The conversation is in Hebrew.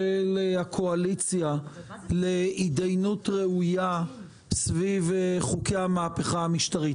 הקואליציה להתדיינות ראויה סביב חוקי המהפכה המשטרית.